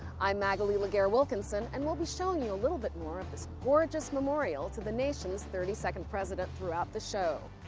i'm magalie laguerre-wilkinson and we'll be showing you a little bit more of this gorgeous memorial to the nation's thirty second president throughout the show,